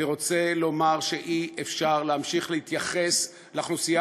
אני רוצה לומר שאי-אפשר להמשיך להתייחס לאוכלוסייה